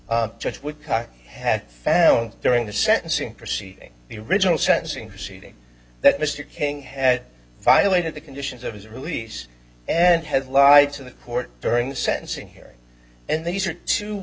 cut had found during the sentencing proceeding the original sentencing proceeding that mr king had violated the conditions of his release and has lied to the court during the sentencing hearing and these are t